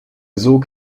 sog